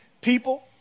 people